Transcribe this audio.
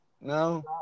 No